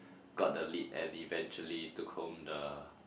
got the lead and eventually took home the